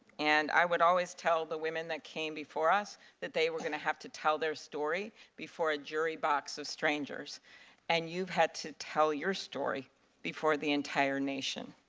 and i would always tell the women that came before us that they were going to have to tell their story before a jury box of strangers and you've had to tell your story before the entire nation.